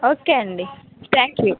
okay అండి thank you